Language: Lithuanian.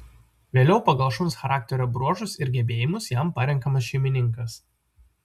vėliau pagal šuns charakterio bruožus ir gebėjimus jam parenkamas šeimininkas